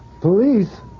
Police